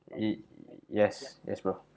y~ yes yes bro